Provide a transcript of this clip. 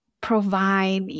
provide